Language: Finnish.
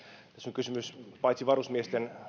tässä on kysymys paitsi varusmiesten